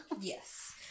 Yes